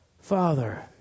Father